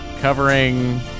covering